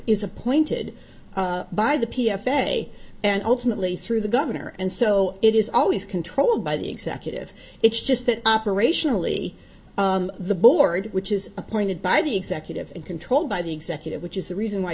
is appointed by the p f a and ultimately through the governor and so it is always controlled by the executive it's just that operationally the board which is appointed by the executive and controlled by the executive which is the reason why